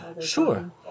Sure